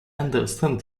understand